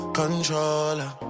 controller